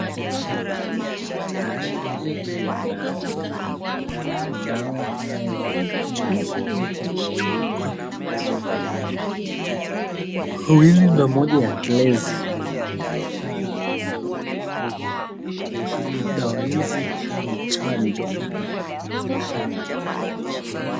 Haya ni madawa, madawa haya yako kwenye chupa mbili na moja ya Klez dawa hizi ni chanjo.